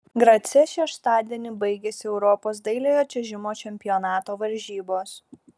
grace šeštadienį baigėsi europos dailiojo čiuožimo čempionato varžybos